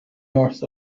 north